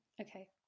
Okay